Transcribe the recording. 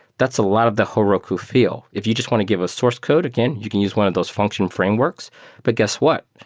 that's a lot of the heroku feel. if you just want to give a source code, again, you can use one of those function frameworks. but guess what?